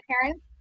parents